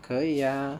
可以 ah